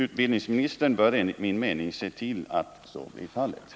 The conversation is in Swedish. Utbildningsministern bör enligt min mening se till att så blir fallet.